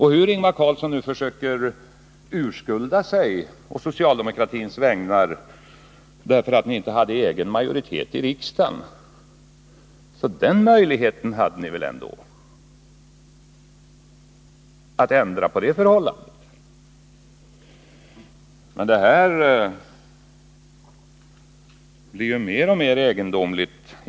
Hur Ingvar Carlsson nu än försöker urskulda sig på socialdemokratins vägnar för att man inte hade egen majoritet i riksdagen är det väl ändå klart, att man hade möjlighet att ändra på denna uppdelning av energifrågorna. Diskussionen i dag blir mer och mer egendomlig.